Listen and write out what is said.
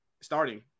starting